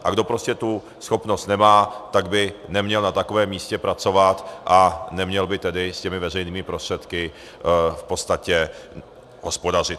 A kdo prostě tu schopnost nemá, tak by neměl na takovém místě pracovat a neměl by tedy s těmi veřejnými prostředky v podstatě hospodařit.